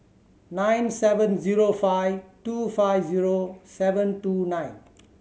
nine seven zero five two five zero seven two nine